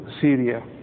Syria